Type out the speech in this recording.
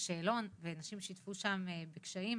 בשאלון ונשים שיתפו שם בקשיים.